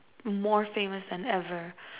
more famous than ever